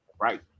Right